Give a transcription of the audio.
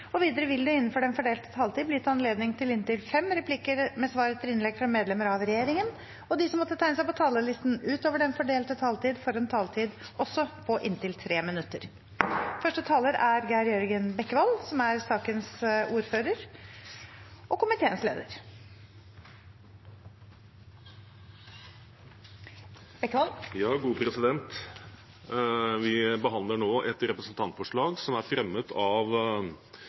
Videre vil det – innenfor den fordelte taletid – bli gitt anledning til inntil fem replikker med svar etter innlegg fra medlemmer av regjeringen, og de som måtte tegne seg på talerlisten utover den fordelte taletid, får også en taletid på inntil 3 minutter. Vi behandler nå et representantforslag som er fremmet av representanter fra flere av opposisjonspartiene, som foreslår at man skal gjøre et